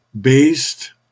based